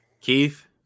Keith